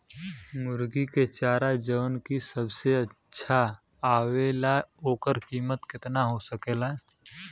मुर्गी के चारा जवन की सबसे अच्छा आवेला ओकर कीमत केतना हो सकेला?